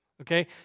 Okay